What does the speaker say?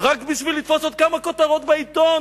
רק בשביל לתפוס עוד כמה כותרות בעיתון?